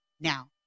now